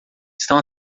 estão